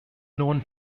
known